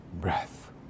breath